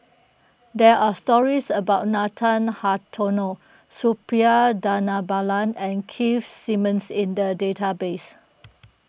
there are stories about Nathan Hartono Suppiah Dhanabalan and Keith Simmons in the database